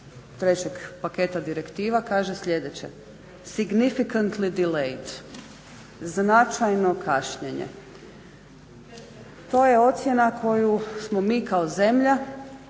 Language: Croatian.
trećeg paketa direktiva kaže sljedeće: "Significant delay" značajno kašnjenje. To je ocjena koju smo mi kao zemlja